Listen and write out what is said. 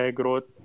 growth